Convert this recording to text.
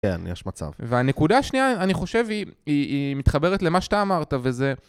כן, יש מצב. והנקודה השנייה, אני חושב, היא, היא-היא... מתחברת למה שאתה אמרת, וזה...